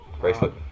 Bracelet